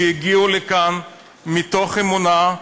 שהגיעו לכאן מתוך אמונה,